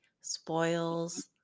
spoils